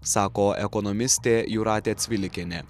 sako ekonomistė jūratė cvilikienė